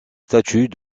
statues